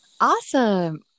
Awesome